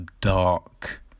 dark